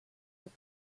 with